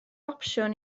opsiwn